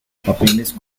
papeles